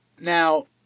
Now